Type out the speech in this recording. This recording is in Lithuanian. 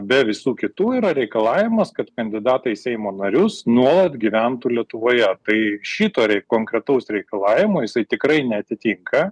be visų kitų yra reikalavimas kad kandidatai į seimo narius nuolat gyventų lietuvoje tai šito konkretaus reikalavimo jisai tikrai neatitinka